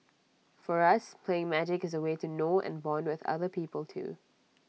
for us playing magic is A way to know and Bond with other people too